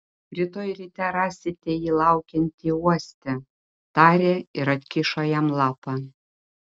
rytoj ryte rasite jį laukiantį uoste tarė ir atkišo jam lapą